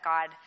God